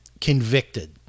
convicted